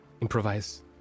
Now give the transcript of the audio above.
improvise